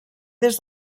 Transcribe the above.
des